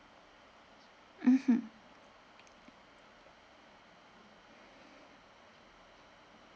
mmhmm